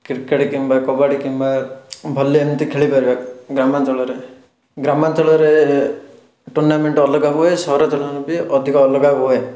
cricket କିମ୍ବା କବାଡ଼ି କିମ୍ବା volley ଏମିତି ଖେଳିପାରିବା ଗ୍ରାମାଞ୍ଚଳରେ ଗ୍ରାମାଞ୍ଚଳରେ ଟୁର୍ଣ୍ଣାମେଣ୍ଟ୍ ଅଲଗା ହୁଏ ସହରାଞ୍ଚଳରେ ବି ଅଧିକ ଅଲଗା ହୁଏ